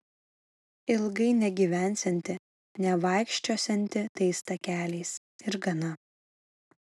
ilgai negyvensianti nevaikščiosianti tais takeliais ir gana